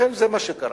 לכן זה מה שקרה.